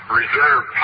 reserve